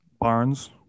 Barnes